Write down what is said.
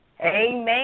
Amen